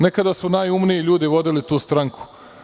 Nekada su najumniji ljudi vodili tu stranku.